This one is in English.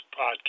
podcast